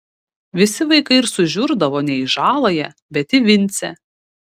visi vaikai ir sužiurdavo ne į žaląją bet į vincę